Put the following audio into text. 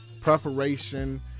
preparation